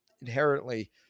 inherently